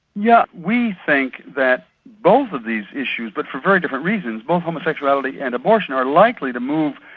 yeah we think that both of these issues, but for very different reasons, both homosexuality and abortion are likely to move,